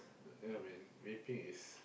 ya man vaping is